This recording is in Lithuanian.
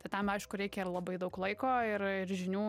tai tam aišku reikia labai daug laiko ir ir žinių